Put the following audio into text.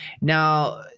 now